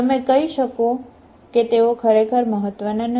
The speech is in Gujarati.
તમે કહી શકો છો કે તેઓ ખરેખર મહત્વના નથી બરાબર